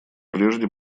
прежде